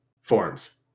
forms